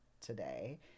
today